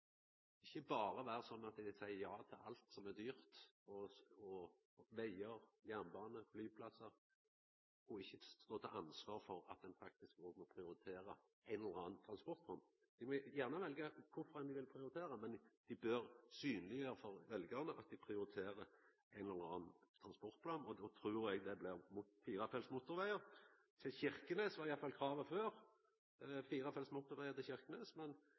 ikkje berre seia ja til alt som er dyrt – vegar, jernbane, flyplassar – og ikkje stå til ansvar for at ein faktisk òg må prioritera ei eller anna transportform. Ein må gjerne velja kva ein vil prioritera, men dei bør synleggjera for veljarane at dei prioriteter ein eller annan transportplan. Då trur eg det blir firefelts motorvegar – til Kirkenes var iallfall kravet før, men